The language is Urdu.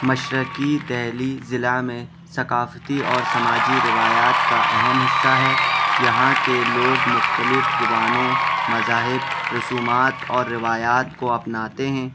مشرقی دہلی ضلع میں ثقافتی اور سماجی روایات کا اہم حصہ ہے یہاں کے لوگ مختلف زبانوں مذاہب رسومات اور روایات کو اپناتے ہیں